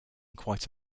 quite